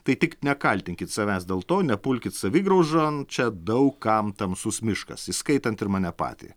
tai tik nekaltinkit savęs dėl to nepulkit savigraužon čia daug kam tamsus miškas įskaitant ir mane patį